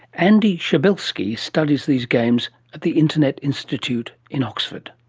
andy przybylski studies these games at the internet institute in oxford.